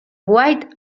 white